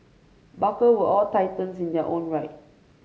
barker were all titans in their own right